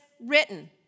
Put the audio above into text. written